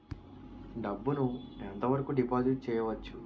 డబ్బు ను ఎంత వరకు డిపాజిట్ చేయవచ్చు?